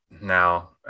now